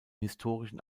historischen